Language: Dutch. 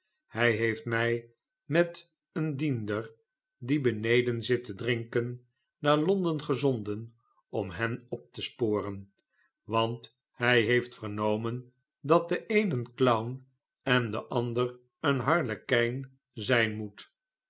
hij heeft mij met een diender die beneden zit te drinken naar l on den gezonden om hen op te sporen want hij heeft vernomen dat de een een clown en de ander een harlekijn zijn moet